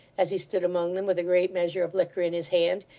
as he stood among them with a great measure of liquor in his hand,